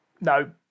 no